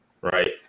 right